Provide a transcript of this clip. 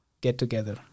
get-together